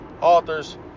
authors